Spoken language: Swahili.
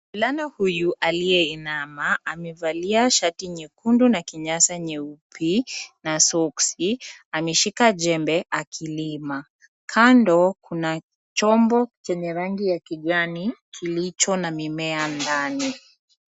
Mvulana huyu aliyeinama, amevalia shati nyekundu, na kinyasa nyeupe, na sokisi, ameshika jembe akilima. Kando, kuna chombo chenye rangi ya kijani, kilicho na mimea ndani.